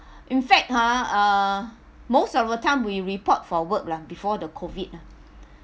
in fact ha uh most of the time we report for work ah before the COVID ah